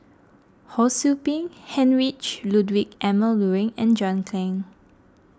Ho Sou Ping Heinrich Ludwig Emil Luering and John Clang